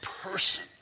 person